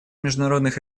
международных